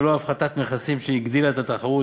ללא הפחתת מכסים שהגדילה את התחרות,